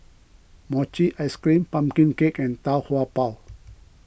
Mochi Ice Cream Pumpkin Cake and Tau Kwa Pau